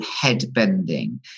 head-bending